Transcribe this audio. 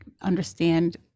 understand